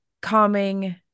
calming